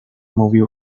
mówił